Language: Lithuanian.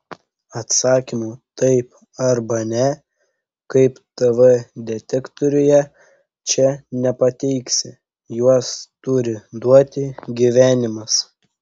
atsakymų taip arba ne kaip tv detektoriuje čia nepateiksi juos turi duoti gyvenimas